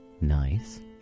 nice